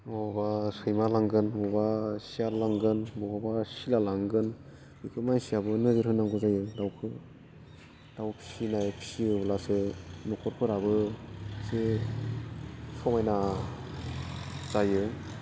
बहाबा सैमा लांगोन बहाबा सियाल लांगोन बबावबा सिला लांगोन बेखौ मानसियाबो नोजोर होनांगौ जायो दाउखौ दाउ फिसियोब्लासो न'खरफोराबो एसे समायना जायो